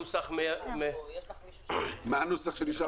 הנוסח --- מה הנוסח שנשאר?